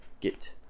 get